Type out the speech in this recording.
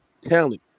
talent